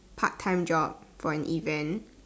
part time job for an event